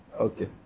Okay